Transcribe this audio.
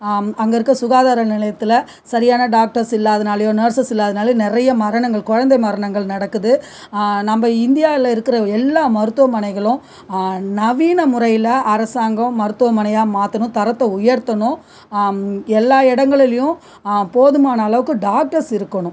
அங்கே இருக்கற சுகாதார நிலையத்தில் சரியான டாக்டர்ஸ் இல்லாதனாலையோ நர்ஸ்சஸ் இல்லாதனாலையோ நிறைய மரணங்கள் குழந்தை மரணங்கள் நடக்குது நம்ம இந்தியாவில் இருக்குகிற எல்லா மருத்துவமனைகளும் நவீன முறையில் அரசாங்கம் மருத்துவமனையாக மாற்றணும் தரத்தை உயர்த்தனும் எல்லா இடங்களிலையும் போதுமான அளவுக்கு டாக்டர்ஸ் இருக்கணும்